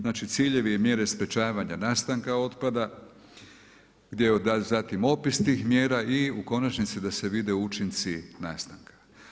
Znači ciljevi i mjere sprječavanja nastanka otpada, zatim opis tih mjera i u konačnici da se vide učinci nastanka.